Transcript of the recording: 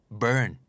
burn